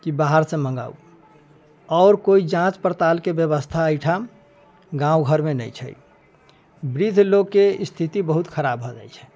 कि बाहरसँ मङ्गाउ आओर कोइ जाँच पड़तालके व्यवस्था एहिठाम गाँव घरमे नहि छै वृद्ध लोकके स्थिति बहुत खराब भऽ जाइ छै